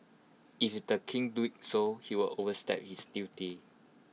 if the king do so he would overstep his duty